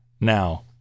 now